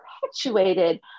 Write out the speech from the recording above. perpetuated